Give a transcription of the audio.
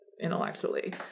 intellectually